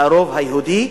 הרוב היהודי,